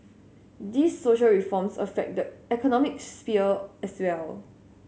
these social reforms affect the economic sphere as well